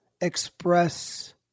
express